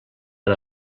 per